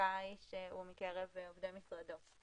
חזקה היא שהוא מקרב עובדי משרדו.